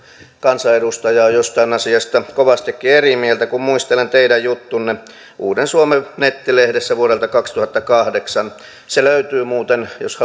kansanedustajaa jostain asiasta on kovastikin eri mieltä kun muistelen teidän juttuanne uuden suomen nettilehdessä vuodelta kaksituhattakahdeksan se löytyy muuten jos